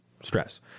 stress